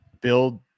build